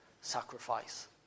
sacrifice